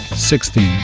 sixteen